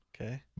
Okay